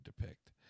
depict